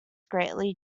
greatly